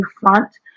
front